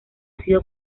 sido